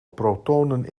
protonen